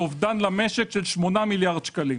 אובדן למשק של 8 מיליארד שקלים.